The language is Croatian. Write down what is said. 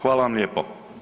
Hvala vam lijepo.